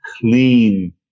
clean